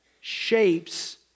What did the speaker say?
shapes